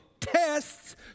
tests